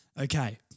Okay